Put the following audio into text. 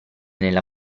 nella